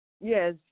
Yes